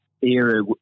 era